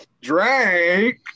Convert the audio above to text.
Drake